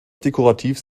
dekorativ